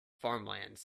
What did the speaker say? farmlands